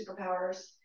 superpowers